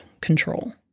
control